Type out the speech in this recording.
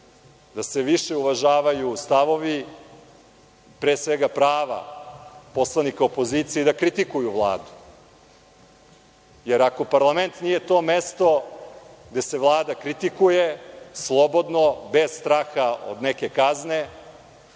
da se više uvažavaju stavovi, pre svega prava poslanika opozicije i da kritikuju Vladu, jer ako parlament nije to mesto gde se Vlada kritikuje slobodno, bez straha od neke kazne,